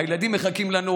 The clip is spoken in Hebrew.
הילדים מחכים לנו,